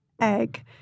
egg